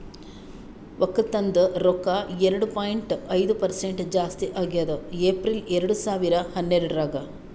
ಒಕ್ಕಲತನದ್ ರೊಕ್ಕ ಎರಡು ಪಾಯಿಂಟ್ ಐದು ಪರಸೆಂಟ್ ಜಾಸ್ತಿ ಆಗ್ಯದ್ ಏಪ್ರಿಲ್ ಎರಡು ಸಾವಿರ ಹನ್ನೆರಡರಾಗ್